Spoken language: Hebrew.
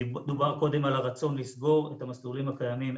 דובר קודם על הרצון לסגור את המסלולים הקיימים.